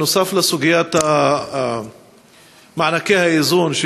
נוסף על סוגיית מענקי האיזון,